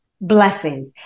blessings